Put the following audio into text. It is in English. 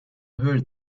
heard